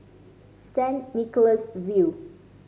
Saint Nicholas View